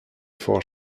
four